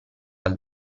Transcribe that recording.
dal